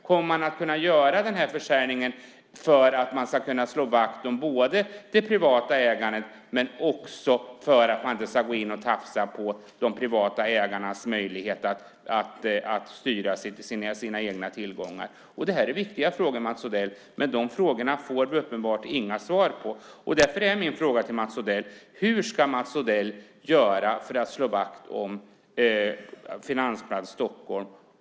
Kommer man att kunna göra den här försäljningen och slå vakt om det privata ägandet eller tafsa på de privata ägarnas möjlighet att styra sina egna tillgångar? Det här är viktiga frågor, Mats Odell. Men de frågorna får vi uppenbart inga svar på. Därför är min fråga till Mats Odell: Hur ska Mats Odell göra för att slå vakt om Finansplats Stockholm?